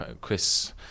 Chris